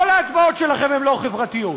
כל ההצבעות שלכם הן לא חברתיות.